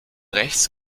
rechts